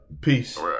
Peace